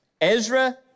Ezra